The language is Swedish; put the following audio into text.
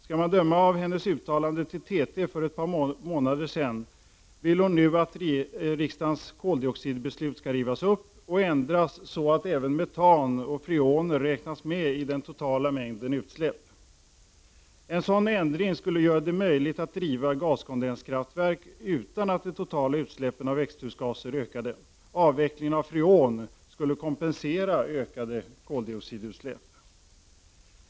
Skall man döma av hennes uttalande till TT för ett par månader sedan vill hon nu att riksdagens koldioxidbeslut skall rivas upp och ändras så att även metan och freoner räknas med i den totala mängden utsläpp. En sådan ändring skulle göra det möjligt att driva gaskondenskraftverk utan att de totala utsläppen av växthusgaser ökade. Avvecklingen av freon skulle kompensera ökade koldioxidutsläpp.